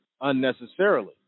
unnecessarily